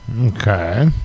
Okay